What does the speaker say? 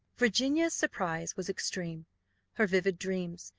virginia's surprise was extreme her vivid dreams,